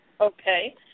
Okay